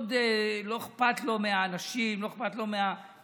מאוד לא אכפת לו מהאנשים, לא אכפת לו מהאזרחים.